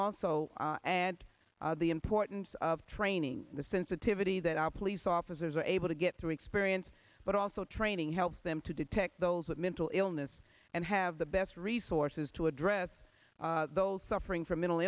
also and the importance of training the sensitivity that our police officers were able to get through experience but also training helps them to detect those with mental illness and have the best resources to address those suffering from mental